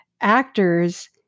actors